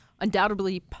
undoubtedly